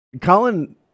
Colin